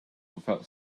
without